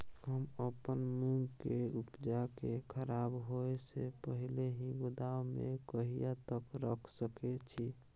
हम अपन मूंग के उपजा के खराब होय से पहिले ही गोदाम में कहिया तक रख सके छी?